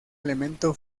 elemento